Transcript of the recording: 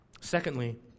Secondly